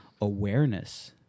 awareness